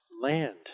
land